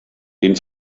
den